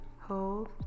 hold